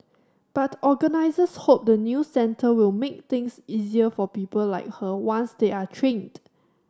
but organisers hope the new centre will make things easier for people like her once they are trained